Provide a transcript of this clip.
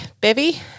Bevy